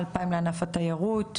2,000 לענף התיירות,